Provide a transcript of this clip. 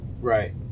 Right